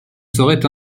seraient